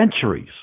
centuries